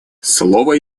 слово